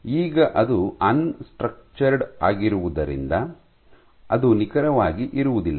ಈಗ ಅದು unstructured ಆಗಿರುವುದರಿಂದ ಅದು ನಿಖರವಾಗಿ ಇರುವುದಿಲ್ಲ